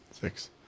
Six